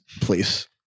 please